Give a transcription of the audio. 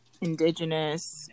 indigenous